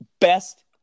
Best